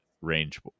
range